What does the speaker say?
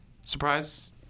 Surprise